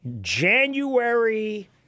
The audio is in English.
January